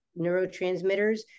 neurotransmitters